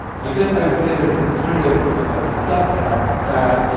i guess i would say there's this kind of subtext that